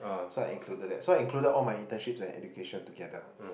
so I included that so I included all my internships and education together